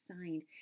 signed